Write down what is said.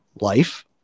life